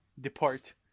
depart